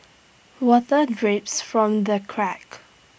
water drips from the cracks